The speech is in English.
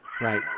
Right